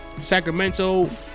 Sacramento